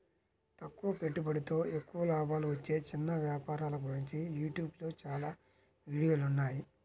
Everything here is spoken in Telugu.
తక్కువ పెట్టుబడితో ఎక్కువ లాభాలు వచ్చే చిన్న వ్యాపారాల గురించి యూట్యూబ్ లో చాలా వీడియోలున్నాయి